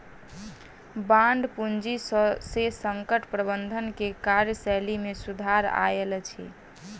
bond पूंजी से संकट प्रबंधन के कार्यशैली में सुधार आयल अछि